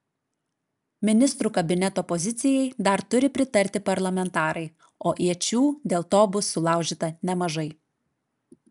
ministrų kabineto pozicijai dar turi pritarti parlamentarai o iečių dėl to bus sulaužyta nemažai